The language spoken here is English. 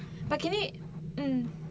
but can it mm